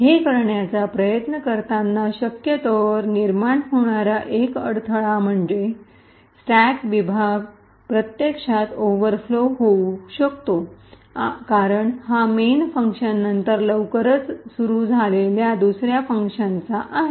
हे करण्याचा प्रयत्न करताना शक्यातोर निर्माण होणारा एक अडथळा म्हणजे स्टॅक विभाग प्रत्यक्षात ओव्हरफ्लो होऊ शकतो कारण हा मेन फंक्शननंतर लवकरच सुरू झालेल्या दुसया फंक्शनचा आहे